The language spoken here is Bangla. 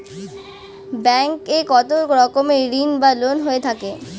ব্যাংক এ কত রকমের ঋণ বা লোন হয়ে থাকে?